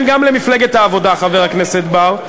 כן, גם למפלגת העבודה, חבר הכנסת בר.